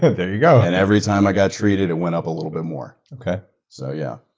there you go. and every time i got treated, it went up a little bit more. okay. so, yeah.